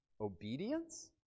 obedience